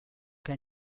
que